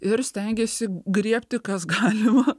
ir stengiasi griebti kas galima